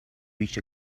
reached